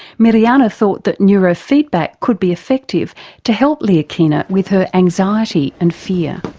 mirjana thought that neurofeedback could be effective to help leahkhana with her anxiety and fear.